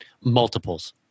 multiples